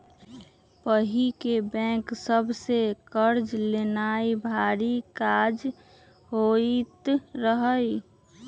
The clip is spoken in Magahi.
पहिके बैंक सभ से कर्जा लेनाइ भारी काज होइत रहइ